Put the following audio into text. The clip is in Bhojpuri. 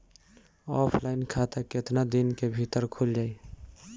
ऑफलाइन खाता केतना दिन के भीतर खुल जाई?